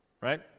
right